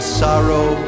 sorrow